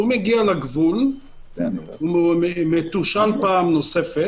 בגבול הוא מתושאל שוב,